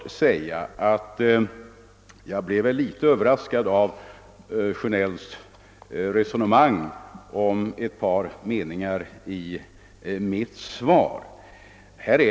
Jag blev också litet överraskad av herr Sjönells resonemang vad gäller ett par meningar i mitt svar.